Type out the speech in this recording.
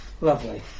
Lovely